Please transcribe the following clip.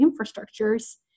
infrastructures